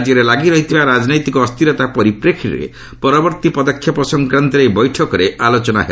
ରାଜ୍ୟରେ ଲାଗିରହିଥିବା ରାଜନୈତିକ ଅସ୍ଥିରତା ପରିପ୍ରେକ୍ଷୀରେ ପରବର୍ତ୍ତୀ ପଦକ୍ଷେପ ସଂକ୍ରାନ୍ତରେ ଏହି ବୈଠକରେ ଆଲୋଚନା ହେବ